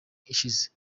ishize